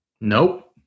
Nope